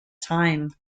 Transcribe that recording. time